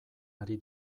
ari